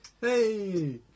Hey